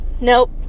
nope